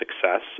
Success